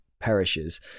perishes